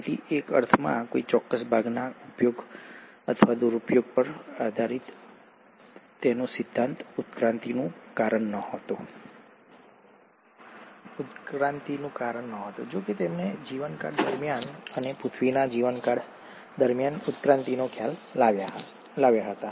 તેથી એક અર્થમાં કોઈ ચોક્કસ ભાગના ઉપયોગ અથવા દુરુપયોગ પર આધારિત તેમનો સિદ્ધાંત ઉત્ક્રાંતિનું કારણ નહોતું જો કે તેમણે જીવનકાળ દરમિયાન અને પૃથ્વીના જીવનકાળ દરમિયાન ઉત્ક્રાંતિનો ખ્યાલ લાવ્યા હતા